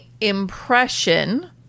impression